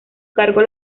cargo